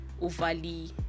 overly